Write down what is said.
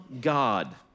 God